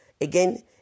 again